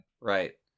right